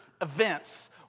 events